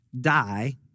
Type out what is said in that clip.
die